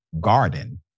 garden